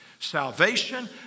Salvation